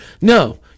No